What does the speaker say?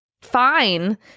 fine